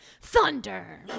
Thunder